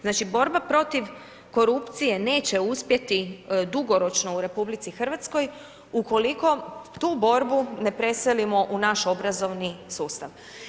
Znači, borba protiv korupcije neće uspjeti dugoročno u RH ukoliko tu borbu ne preselimo u naš obrazovni sustav.